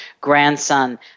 grandson